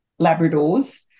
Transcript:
Labradors